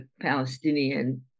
Palestinian